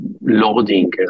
loading